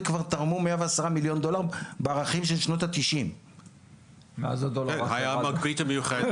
תרמו 110 מיליון דולר בערכים של שנות ה- 90. הייתה מגבית מיוחדת.